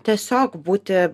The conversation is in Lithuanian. tiesiog būti